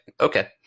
okay